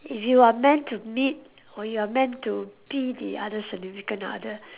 if you are meant to meet or you are meant to be the other significant other